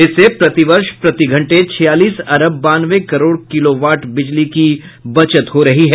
इससे प्रतिवर्ष प्रतिघंटे छियालीस अरब बानवे करोड़ किलो वॉट बिजली की बचत हो रही है